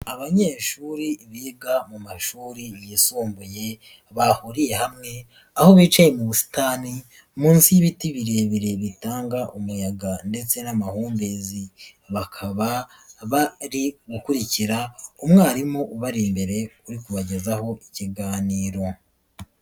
Abanyeshuri biga mu mashuri yisumbuye bahuriye hamwe, aho bicaye mu busitani munsi y'ibiti birebire bitanga umuyaga ndetse n'amahumbezi, bakaba bari gukurikira umwarimu ubari imbere, uri kubagezaho ikiganiro.